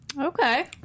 Okay